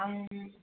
आं